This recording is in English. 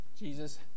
Jesus